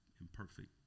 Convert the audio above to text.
imperfect